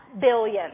billion